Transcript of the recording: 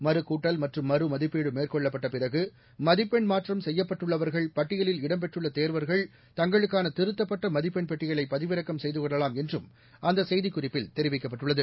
மறுகூட்டல் மற்றும் மறுமதிப்பீடு மேற்கொள்ளப்பட்ட பிறகு மதிப்பெண் மாற்றம் செய்யப்பட்டுள்ளவர்கள் பட்டியலில் இடம்பெற்றுள்ள தேர்வர்கள் தங்களுக்கான திருத்தப்பட்ட மதிப்பென் பட்டியலை பதிவிறக்கம் செய்து கொள்ளவாம் என்றும் அந்த செய்திக்குறிப்பில் தெரிவிக்கப்பட்டுள்ளது